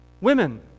Women